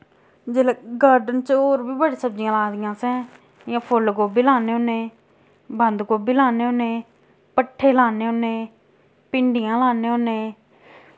जिल्लै गार्डन च और बी बड़ी सब्जियां लादियां असैं जि'यां फुल्ल गोभी लाने होने बंद गोभी लान्ने होन्ने भट्ठे लान्ने होन्ने भिंडियां लान्ने होन्ने